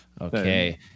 Okay